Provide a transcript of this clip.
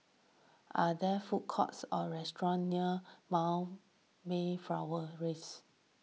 are there food courts or restaurants near Mayflower Rise